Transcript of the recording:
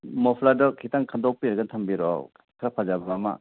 ꯃꯣꯐ꯭ꯂꯔꯗꯣ ꯈꯤꯇꯪ ꯈꯟꯗꯣꯛꯄꯤꯔꯒ ꯊꯝꯕꯤꯔꯣ ꯈꯔ ꯐꯖꯕ ꯑꯃ